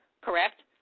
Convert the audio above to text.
correct